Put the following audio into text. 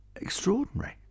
extraordinary